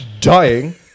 dying